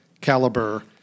caliber